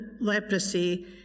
leprosy